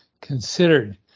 considered